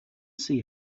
see